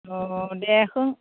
अ दे होन